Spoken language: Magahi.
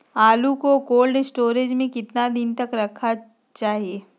आलू को कोल्ड स्टोर में कितना दिन तक रखना चाहिए?